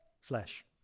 Flesh